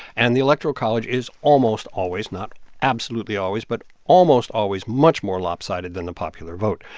and the electoral college is almost always not absolutely always but almost always much more lopsided than the popular vote.